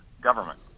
government